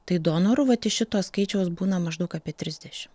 tai donorų vat iš šito skaičiaus būna maždaug apie trisdešim